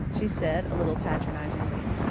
she said, a little patronizingly.